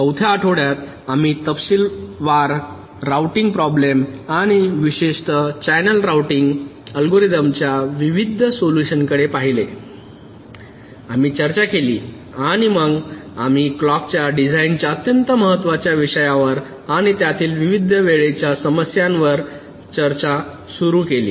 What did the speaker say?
चौथ्या आठवड्यात आम्ही तपशीलवार राउटिंग प्रॉब्लेम आणि विशेषतः चॅनेल राउटिंग अल्गोरिदमच्या विविध सोल्युशन कडे पाहिले आम्ही चर्चा केली आणि मग आम्ही क्लॉक च्या डिझाइनच्या अत्यंत महत्त्वाच्या विषयावर आणि त्यातील विविध वेळेच्या समस्यांविषयी चर्चा सुरू केली